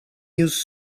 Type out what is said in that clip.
use